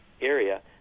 area